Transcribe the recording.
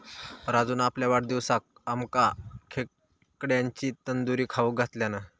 राजून आपल्या वाढदिवसाक आमका खेकड्यांची तंदूरी खाऊक घातल्यान